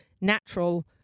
natural